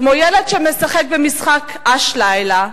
כמו ילד שמשחק במשחק א"ש לילה,